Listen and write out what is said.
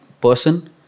person